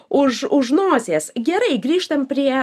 už už nosies gerai grįžtam prie